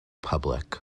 public